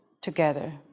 together